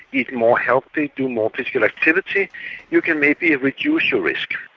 eat more healthy, do more physical activity you can maybe reduce your risk.